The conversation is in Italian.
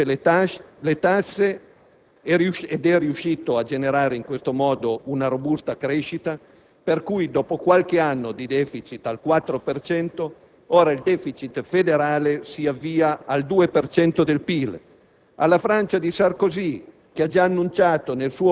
in tutto il mondo, dall'America di Bush, che riduce le tasse ed è riuscita a generare in questo modo una robusta crescita (per cui dopo qualche anno di deficit al 4 per cento ora il *deficit* federale si avvia al 2 per